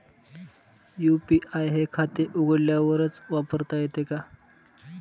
UPI हे खाते उघडल्यावरच वापरता येते का?